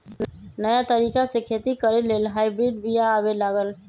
नयाँ तरिका से खेती करे लेल हाइब्रिड बिया आबे लागल